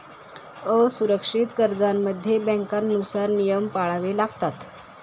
असुरक्षित कर्जांमध्ये बँकांनुसार नियम पाळावे लागतात